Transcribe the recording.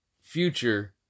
future